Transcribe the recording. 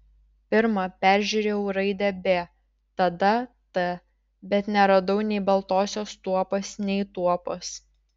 pirma peržiūrėjau raidę b tada t bet neradau nei baltosios tuopos nei tuopos